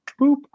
Boop